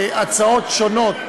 הצעות שונות,